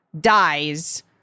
dies